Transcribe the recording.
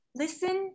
listen